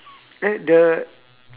eh the